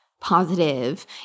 positive